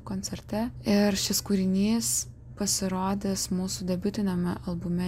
koncerte ir šis kūrinys pasirodys mūsų debiutiniame albume